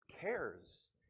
cares